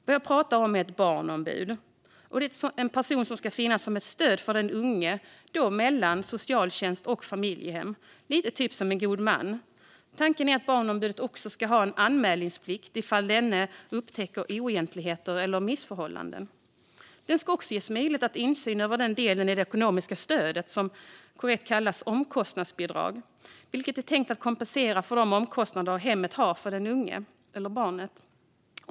Vad jag talar om är ett barnombud. Det är en person som ska finnas som ett stöd för den unge mellan familjehem och socialtjänst, lite som en god man. Tanken är att barnombudet också ska ha anmälningsplikt om denne upptäcker oegentligheter eller missförhållanden. Barnombudet ska också ges möjlighet att ha insyn över den del i det ekonomiska stödet som korrekt kallas omkostnadsbidrag, vilket är tänkt att kompensera för de omkostnader som hemmet har för den unge eller barnet.